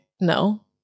no